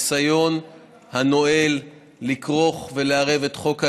הניסיון הנואל לכרוך ולערב את חוק הלאום,